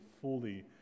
fully